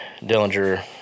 Dillinger